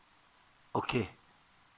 okay